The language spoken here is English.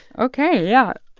ok. yeah.